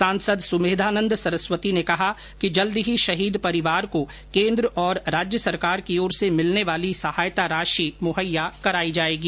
सांसद सुमेधानंद सरस्वती ने कहा कि जल्द ही शहीद परिवार को केन्द्र और राज्य सरकार की ओर से मिलने वाली सहायता राशि मुहैया कराई जायेगी